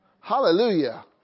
Hallelujah